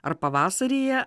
ar pavasaryje